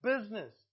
Business